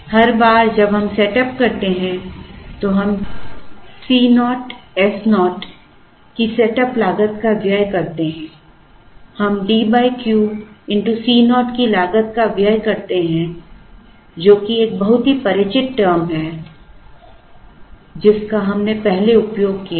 हर बार जब हम सेटअप करते हैं तो हम C0so की सेटअप लागत का व्यय करते हैं हम D Q C0 की लागत का व्यय करते हैं जो कि एक बहुत ही परिचित term है जिसका हमने पहले उपयोग किया है